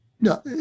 No